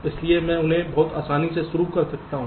इसलिए मैं उन्हें बहुत आसानी से शुरू कर सकता हूं